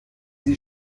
sie